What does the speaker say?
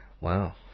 Wow